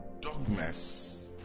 dogmas